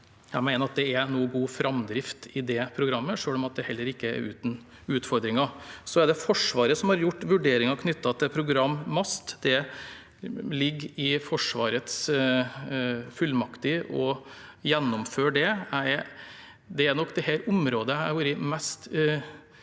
Jeg mener det nå er god framdrift i det programmet, selv om det heller ikke er uten utfordringer. Det er Forsvaret som har foretatt vurderinger knyttet til programmet MAST. Det ligger i Forsvarets fullmakter å gjennomføre det. Det er nok dette området jeg har vært mest bekymret